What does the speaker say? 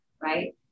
right